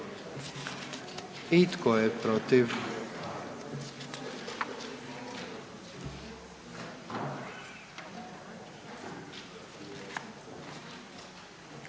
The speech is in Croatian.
I tko je protiv?